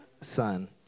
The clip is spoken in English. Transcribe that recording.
son